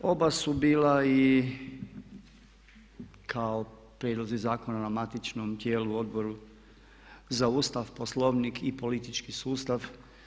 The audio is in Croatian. Oba su bila i kao prijedlozi zakona na matičnom tijelu Odboru za Ustav, Poslovnik i politički sustav.